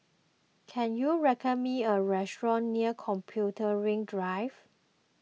can you recommend me a restaurant near Computing Drive